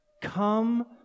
Come